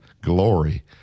glory